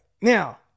Now